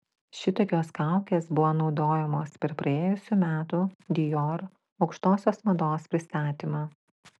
šitokios kaukės buvo naudojamos per praėjusių metų dior aukštosios mados pristatymą